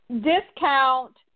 discount